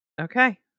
Okay